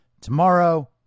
tomorrow